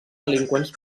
delinqüents